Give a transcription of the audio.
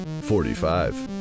forty-five